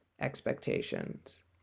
expectations